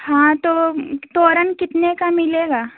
हाँ तो तोरन कितने का मिलेगा